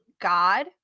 god